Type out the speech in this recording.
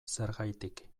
zergatik